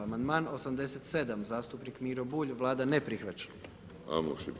Amandman 87., zastupnik Miro Bulj, Vlada ne prihvaća.